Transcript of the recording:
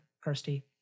Kirsty